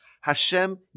Hashem